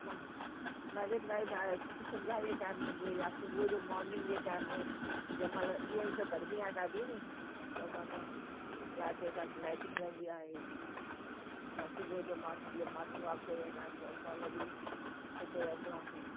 या Marine Drive आहे संझा जे टाइम या सुबुह जो मॉर्निंग जे टाइम में जंहिं महिल ॾींहं त गर्मी आहे ॾाढी नी त माना राति जे टाइम लाइटिंग रहंदी आहे या सुबुह जो माण्हू जीअं मॉर्निंग वॉक ते वेंदा आहिनि त हुन महिल बि सुठो रहंदो आहे